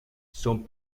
son